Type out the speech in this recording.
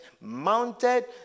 mounted